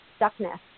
stuckness